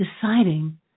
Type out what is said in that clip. deciding